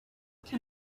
can